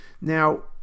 Now